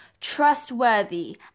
trustworthy